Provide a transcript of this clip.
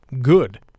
good